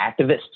activists